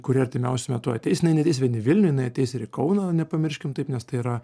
kuri artimiausiu metu ateis jinai neateis vien į vilnių jinai ateis ir į kauną nepamirškim taip nes tai yra